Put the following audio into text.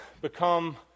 become